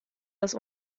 das